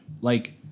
Like-